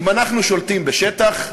אם אנחנו שולטים בשטח,